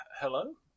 Hello